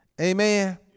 amen